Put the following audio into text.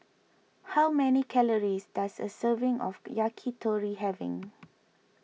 how many calories does a serving of Yakitori having